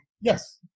Yes